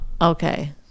okay